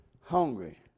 hungry